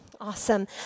Awesome